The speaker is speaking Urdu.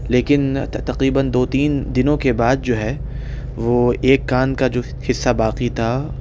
لیکن تقریباً دو تین دنوں کے بعد جو ہے وہ ایک کان کا جو حصہ باقی تھا